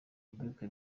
ibyuka